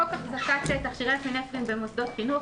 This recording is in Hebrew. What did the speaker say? חוק החזקת תכשירי אפינפרין במוסדות חינוך,